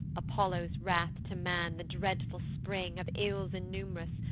apollo's wrath to man the dreadful spring of ills innum'rous,